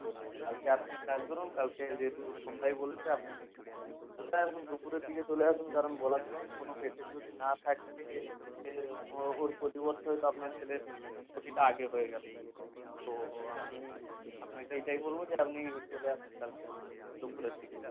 তো কালকে আপনি এক কাজ করুন কালকে যেহেতু সন্ধ্যায় বলেছে আপনি চলে আসুন দুপুরের দিকে চলে আসুন কারণ বলা তো যায় না কোনো পেশেন্ট যদি না থাকে এ ওর পরিবর্তে হয়তো আপনার ছেলের ও টিটা আগে হয়ে গেল তো আমি আপনাকে এটাই বলব যে আপনি চলে আসুন কালকে দুপুরের দিকে